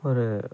ஒரு